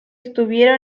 estuviera